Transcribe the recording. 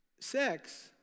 sex